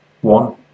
one